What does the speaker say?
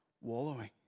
wallowing